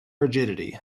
rigidity